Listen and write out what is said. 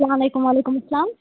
اسلام علیکُم وعلیکُم اسلام